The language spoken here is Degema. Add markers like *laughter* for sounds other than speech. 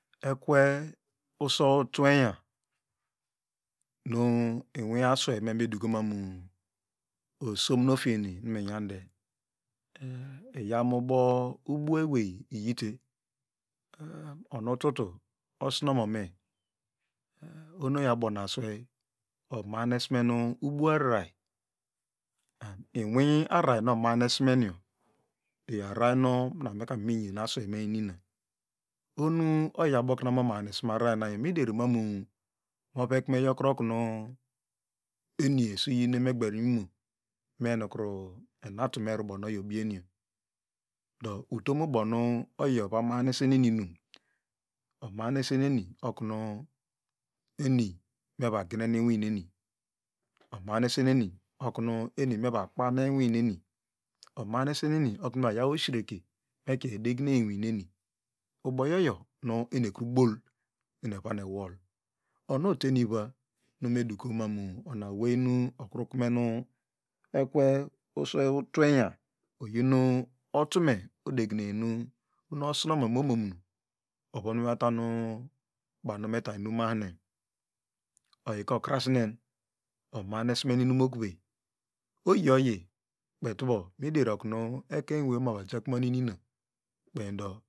Ekwe usow twenyan nu inwi aswayme meduko mamu osom nofiekine minyande de *unintelligible* inyanu ubuawey oyite onu tutu osno nome ohonu oyi abonu aswey omahnes menu ubua ararar inwi ararar nu omahnesnenyo iyo ararar mina nu mivan nyan asewey ini lna ohonu oyi abokone omahnes me ararar nago muderi mamu ovekme yokiro okunu eni esuyin emigbenino me nukru enatu me rubo nu oyi obienyo do utomu bonu oyi ovama hnesesneyi omahnes eneni okunu eni mevagnene inwinwni omahnes seneni okunu evo yaw osireke ekien edeginwy uniwineni ubo yoyo nu eni ekru bol ene evo ewol onu oten iva ni me duko manu ona owe6nu okru kumenu ekwe usow twenyan oyin nu otume odegineyenu nu osinomome omomon nu ovon me votamu banu meta inum mahine oyika okras nen do omahnesmen inim okwey oyin oyi ikpey tubo moderi okunu ekeny eweine mova jakume onu inina kpeindo